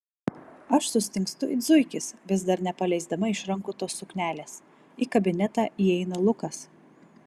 aš sustingstu it zuikis vis dar nepaleisdama iš rankų tos suknelės į kabinetą įeina lukas